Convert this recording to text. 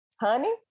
honey